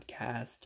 podcast